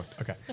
Okay